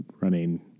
running